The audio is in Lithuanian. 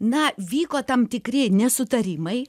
na vyko tam tikri nesutarimai